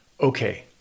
Okay